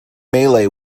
melee